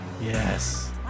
Yes